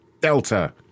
Delta